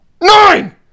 nine